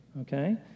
okay